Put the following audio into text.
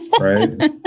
right